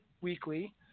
weekly